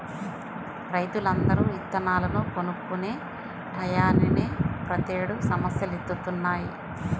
రైతులందరూ ఇత్తనాలను కొనుక్కునే టైయ్యానినే ప్రతేడు సమస్యలొత్తన్నయ్